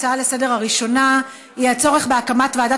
ההצעה הראשונה לסדר-היום היא בנושא: הצורך בהקמת ועדת